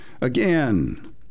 again